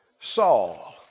Saul